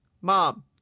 Mom